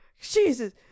Jesus